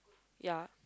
ya